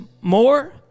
more